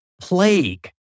plague